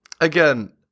Again